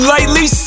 Lightly